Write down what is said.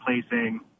placing